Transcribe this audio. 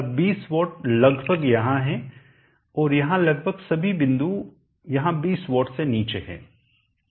अब 20 वाट लगभग यहां है और यहां लगभग सभी बिंदु यहां 20 वाट से नीचे हैं